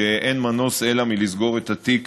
שאין מנוס אלא לסגור את התיק